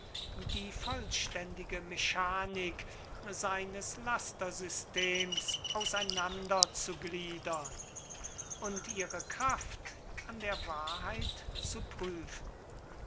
die vollständige mechanik seines lastersystems auseinander zu gliedern und ihre kraft an der wahrheit zu prüfen